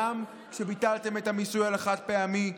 גם כשביטלתם את המיסוי על החד-פעמי,